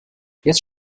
jetzt